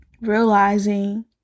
realizing